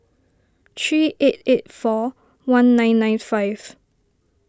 three eight eight four one nine nine five